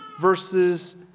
versus